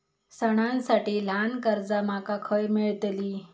सणांसाठी ल्हान कर्जा माका खय मेळतली?